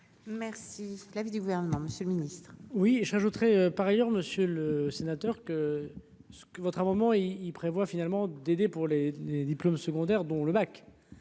Merci l'avis du gouvernement, Monsieur le Ministre. Oui, et j'ajouterai, par ailleurs, Monsieur le Sénateur, que ce que votre moment il prévoit finalement d'aider pour les les diplômes secondaires dont le bac